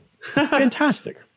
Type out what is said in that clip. fantastic